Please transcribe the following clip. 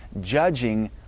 judging